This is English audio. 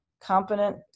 competent